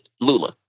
Lula